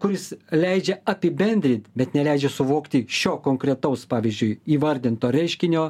kuris leidžia apibendrint bet neleidžia suvokti šio konkretaus pavyzdžiui įvardinto reiškinio